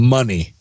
Money